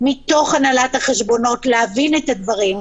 מתוך הנהלת החשבונות להבין את הדברים.